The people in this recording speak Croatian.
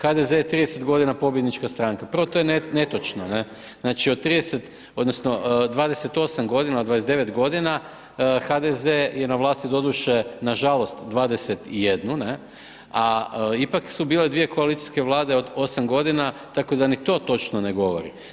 HDZ je 30 godina pobjednička stranka, prvo to je netočno, ne, znači od 30 odnosno 28 godina, od 29 godina, HDZ je na vlasti doduše, nažalost, 21, ne, a ipak su bile dvije koalicijske Vlade od osam godina, tako da ni to točno ne govori.